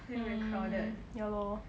mm ya lor